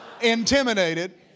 intimidated